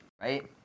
Right